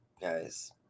guys